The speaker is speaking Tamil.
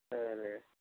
சரி